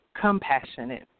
compassionate